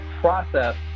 process